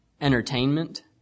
entertainment